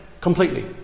completely